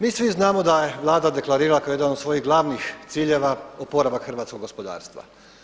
Mi svi znamo da je Vlada deklarirala kao jedan od svojih glavnih ciljeva oporavak hrvatskog gospodarstva.